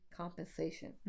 compensation